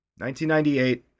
1998